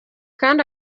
cyane